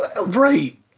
Right